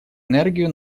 энергию